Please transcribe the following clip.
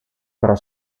pro